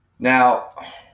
Now